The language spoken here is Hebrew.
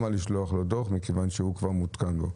לשלוח לו דוח מכיוון שהוא כבר מותקן לו.